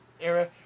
era